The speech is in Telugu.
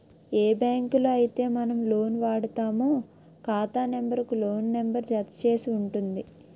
ఏ బ్యాంకులో అయితే మనం లోన్ వాడుతామో ఖాతా నెంబర్ కు లోన్ నెంబర్ జత చేసి ఉంటుంది